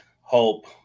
hope